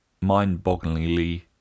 mind-bogglingly